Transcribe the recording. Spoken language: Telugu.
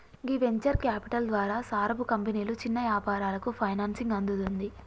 గీ వెంచర్ క్యాపిటల్ ద్వారా సారపు కంపెనీలు చిన్న యాపారాలకు ఫైనాన్సింగ్ అందుతుంది